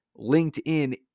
LinkedIn